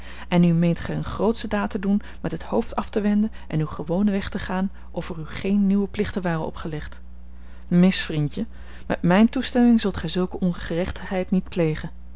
en nu meent gij eene grootsche daad te doen met het hoofd af te wenden en uw gewonen weg te gaan of er u geen nieuwe plichten waren opgelegd mis vriendje met mijne toestemming zult gij zulke ongerechtigheid niet plegen